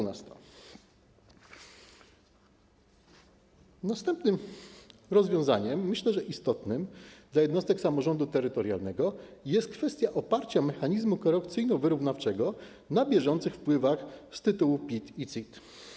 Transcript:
Następnym rozwiązaniem - jak myślę - istotnym dla jednostek samorządu terytorialnego jest kwestia oparcia mechanizmu korekcyjno-wyrównawczego na bieżących wpływach z tytułu PIT i CIT.